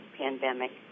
pandemic